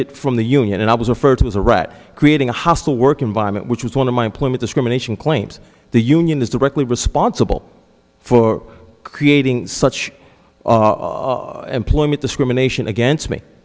effected from the union and i was referred to as a rat creating a hostile work environment which was one of my employment discrimination claims the union is directly responsible for creating such employment discrimination against me